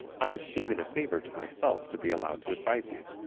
i esteem it a favor to myself to be allowed to advise you.